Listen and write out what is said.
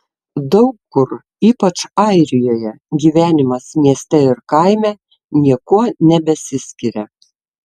daug kur ypač airijoje gyvenimas mieste ir kaime niekuo nebesiskiria